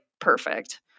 perfect